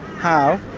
how?